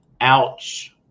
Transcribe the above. Ouch